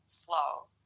flow